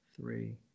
three